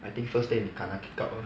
I think first day 你 first kena kick out 了